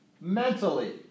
Mentally